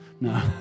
No